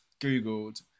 Googled